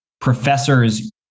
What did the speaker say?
professors